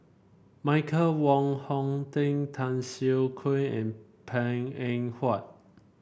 Michael Wong Hong Teng Tan Siah Kwee and Png Eng Huat